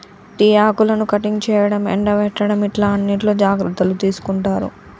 tea ఆకులను cutting చేయడం, ఎండపెట్టడం ఇట్లా అన్నిట్లో జాగ్రత్తలు తీసుకుంటారు